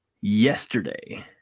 yesterday